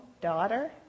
daughter